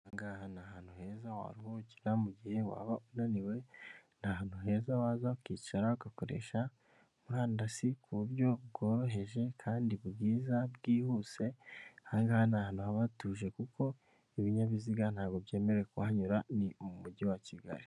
Aha ngaha ni ahantu ahantu heza waruhukira mu gihe waba unaniwe, ni ahantu heza waza ukicara, ugakoresha murandasi ku buryo bworoheje kandi bwiza bwihuse, aha ngaha ni ahantu haba hatuje kuko ibinyabiziga ntabwo byemerewe kuhanyura, ni mu mujyi wa Kigali.